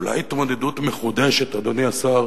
אולי התמודדות מחודשת, אדוני השר,